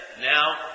Now